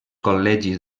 col·legis